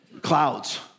clouds